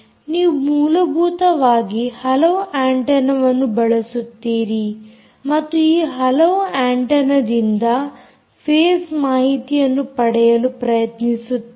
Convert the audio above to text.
ನೀವು ಮೂಲಭೂತವಾಗಿ ಹಲವು ಆಂಟೆನ್ನವನ್ನು ಬಳಸುತ್ತೀರಿ ಮತ್ತು ಈ ಹಲವು ಆಂಟೆನ್ನದಿಂದ ಫೇಸ್ ಮಾಹಿತಿಯನ್ನು ಪಡೆಯಲು ಪ್ರಯತ್ನಿಸುತ್ತೀರಿ